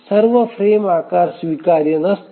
सर्व फ्रेम आकार स्वीकार्य नसतील